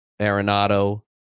arenado